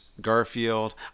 Garfield